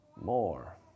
More